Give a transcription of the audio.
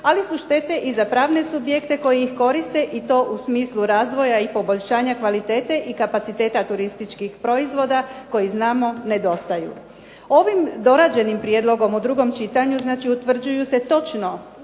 Ali su štete i za pravne subjekte koji ih koriste i to u smislu razvoja i poboljšanja kvalitete i kapaciteta turističkih proizvoda koji znamo nedostaju. Ovim dorađenim prijedlogom u drugom čitanju znači utvrđuje se točno